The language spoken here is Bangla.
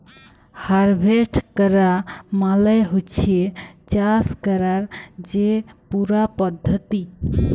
হারভেস্ট ক্যরা মালে হছে চাষ ক্যরার যে পুরা পদ্ধতি